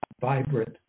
vibrant